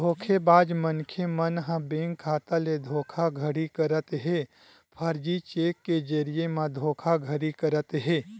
धोखेबाज मनखे मन ह बेंक खाता ले धोखाघड़ी करत हे, फरजी चेक के जरिए म धोखाघड़ी करत हे